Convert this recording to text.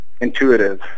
intuitive